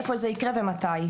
איפה זה יקרה ומתי.